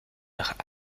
nach